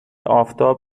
آفتاب